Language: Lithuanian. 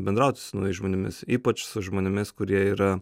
bendrauti su naujais žmonėmis ypač su žmonėmis kurie yra